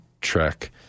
track